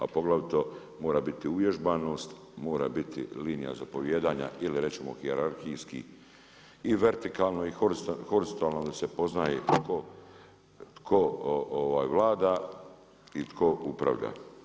A poglavito mora biti uvježbanost, mora biti linija zapovijedanja ili reći ćemo hijerarhijski i vertikalno i horizontalno da se poznaje tako, tko vlada i tko upravlja.